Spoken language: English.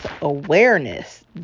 Awareness